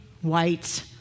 white